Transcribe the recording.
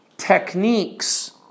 techniques